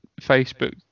facebook